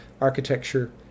architecture